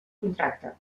contracte